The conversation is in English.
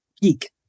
geek